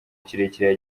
kirekire